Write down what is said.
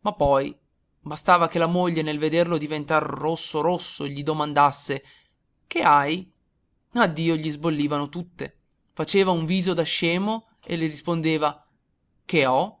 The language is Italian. ma poi bastava che la moglie nel vederlo diventar rosso rosso gli domandasse che hai addio gli sbollivano tutte faceva un viso da scemo e le rispondeva che ho